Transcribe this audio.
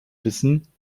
wissen